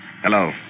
Hello